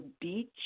Beach